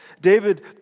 David